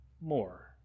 more